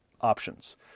options